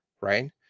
right